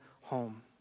home